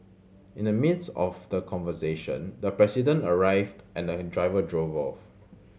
in the midst of the conversation the president arrived and the driver drove off